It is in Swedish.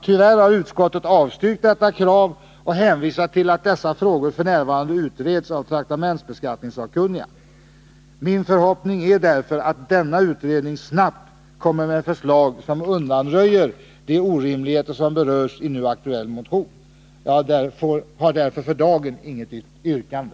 Tyvärr har utskottet avstyrkt detta krav och hänvisat till att dessa frågor f. n. utreds av traktamentsbeskattningssakkunniga. Min förhoppning är därför att denna utredning snabbt kommer med förslag som undanröjer de orimligheter som berörs i den nu aktuella motionen. Jag har därför för dagen inget yrkande.